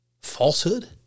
falsehood